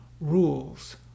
rules